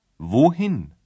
Wohin